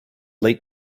late